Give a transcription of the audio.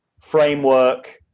framework